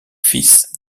fils